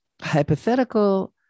hypothetical